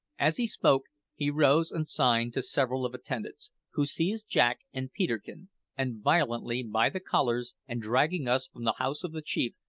as he spoke he rose and signed to several of attendants, who seized jack and peterkin and violently by the collars, and dragging us from the house of the chief,